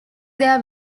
their